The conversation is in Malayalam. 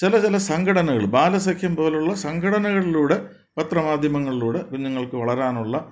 ചില ചില സംഘടനകൾ ബാലസഖ്യം പോലെയുള്ള സംഘടനകളിലൂടെ പത്രമാധ്യമങ്ങളിലൂടെ കുഞ്ഞുങ്ങൾക്ക് വളരാനുള്ള